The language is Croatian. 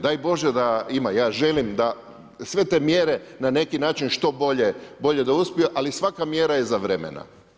Daj Bože da ima, ja želim da sve te mjere na neki način što bolje da uspiju, ali svaka mjera iza vremena.